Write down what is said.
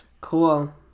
Cool